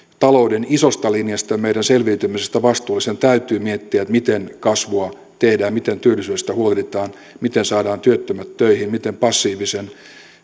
talouden isosta linjasta ja meidän selviytymisestä vastuullisen täytyy miettiä miten kasvua tehdään ja miten työllisyydestä huolehditaan miten saadaan työttömät töihin miten passiivisten